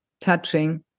touching